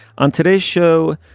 on today's show,